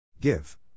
Give